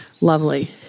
lovely